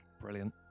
Brilliant